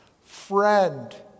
Friend